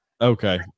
Okay